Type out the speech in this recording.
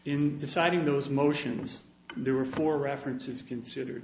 in deciding those motions there were four references considered